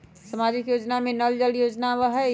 सामाजिक योजना में नल जल योजना आवहई?